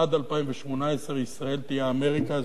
עד 2018 ישראל תהיה אמריקה,